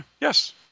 yes